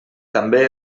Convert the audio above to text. també